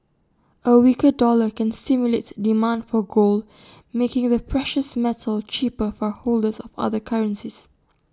A weaker dollar can stimulate demand for gold making the precious metal cheaper for holders of other currencies